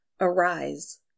Arise